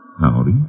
Howdy